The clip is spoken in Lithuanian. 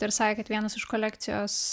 ir sakė kad vienas iš kolekcijos